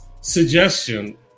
suggestion